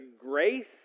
grace